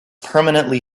permanently